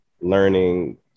learning